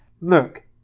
Look